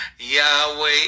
yahweh